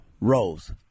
Rose